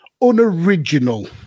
unoriginal